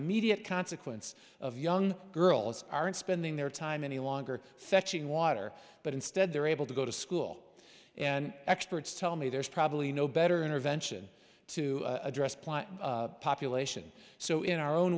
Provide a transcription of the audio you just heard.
immediate consequence of young girls aren't spending their time any longer fetching water but instead they're able to go to school and experts tell me there's probably no better intervention to address plant population so in our own